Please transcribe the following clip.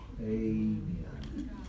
Amen